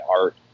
art